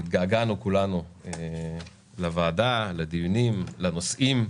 התגעגענו כולנו לוועדה, לדיונים, לנושאים,